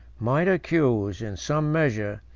might accuse, in some measure,